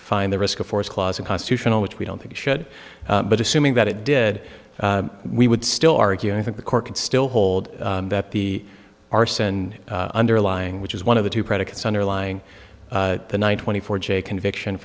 find the risk of force clause a constitutional which we don't think it should but assuming that it did we would still argue i think the court could still hold that the arson underlying which is one of the two predicates underlying the nine twenty four j conviction